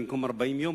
במקום 40 יום,